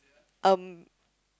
um